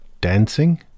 dancing